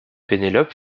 pénélope